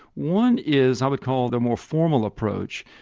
one is i would call the more formal approach,